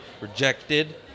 rejected